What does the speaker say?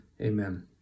Amen